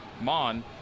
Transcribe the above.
Mon